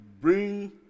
bring